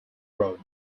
road